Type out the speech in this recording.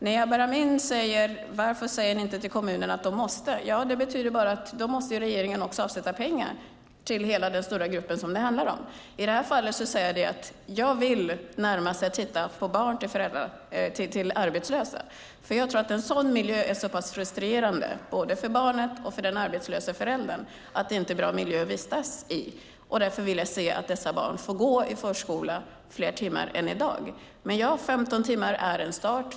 Jabar Amin säger: Varför säger ni inte till kommunerna att de måste se till att barnen får plats i förskola på heltid? Det betyder bara att då måste regeringen också avsätta pengar till hela den stora grupp som det handlar om. I det här fallet säger jag att jag vill titta på frågan om barn till arbetslösa föräldrar, för jag tror att en sådan miljö är så pass frustrerande, både för barnet och för den arbetslöse föräldern, att den inte är bra att vistas i. Därför vill jag se att dessa barn får gå i förskola fler timmar än i dag. Men, ja, 15 timmar är en start.